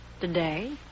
Today